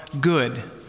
good